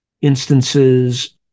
instances